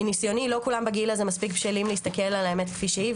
מניסיוני לא כולם בגיל הזה מספיק בשלים להסתכל על האמת כפי שהיא,